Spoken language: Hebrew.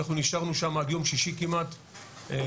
אנחנו נשארנו שם עד יום שישי כמעט בלחימה,